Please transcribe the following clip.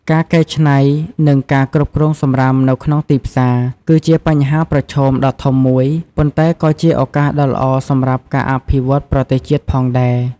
ការកែច្នៃ និងការគ្រប់គ្រងសំរាមនៅក្នុងទីផ្សារ គឺជាបញ្ហាប្រឈមដ៏ធំមួយ ប៉ុន្តែក៏ជាឱកាសដ៏ល្អសម្រាប់ការអភិវឌ្ឍប្រទរសជាតិផងដែរ។